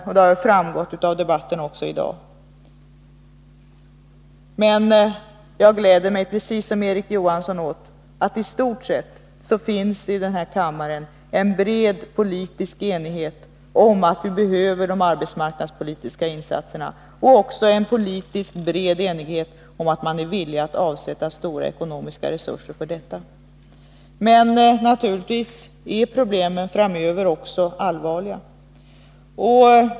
Men precis som Erik Johansson gläder jag mig åt att det i denna kammare i stort sett finns en bred politisk enighet om att de arbetsmarknadspolitiska insatserna behövs. Likaså är det en bred politisk enighet om att det behöver avsättas stora ekonomiska resurser för detta. Naturligtvis är problemen framöver allvarliga.